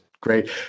great